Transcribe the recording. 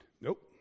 Nope